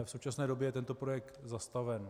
V současné době je tento projekt zastaven.